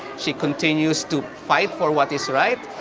she continues to fight for what is right.